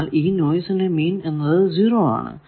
എന്നാൽ ഈ നോയ്സിനു മീൻ എന്നത് 0 ആണ്